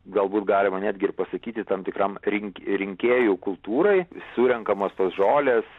galbūt galima netgi ir pasakyti tam tikram rink rinkėjų kultūrai surenkamos tos žolės